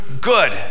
good